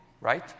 right